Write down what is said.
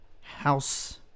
house